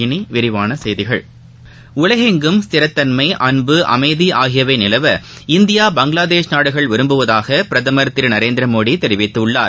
இனி விரிவான செய்திகள் உலகெங்கிலும் ஸ்திர தன்மை அன்பு அமைதி ஆகியவை நிலவ இந்தியா பங்களாதேஷ் நாடுகள் விரும்புவதாக பிரதமர் திரு நரேந்திர மோடி தெரிவித்துள்ளார்